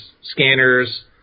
Scanners